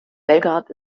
belgrad